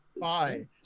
bye